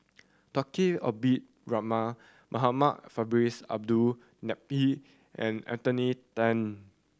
Tunku Abdul Rahman Muhamad Faisal Bin Abdul Manap and Anthony Then